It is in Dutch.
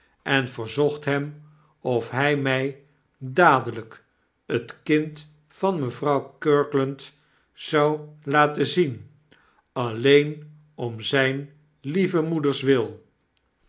en verzocht hem of hij mij dadelijk het kind van mevrouw kirkland zou laten zien alleen om zijn lieve moeders wil